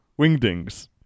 wingdings